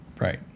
right